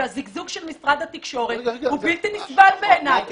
והזגזוג של משרד התקשורת הוא בלתי נסבל בעיניי.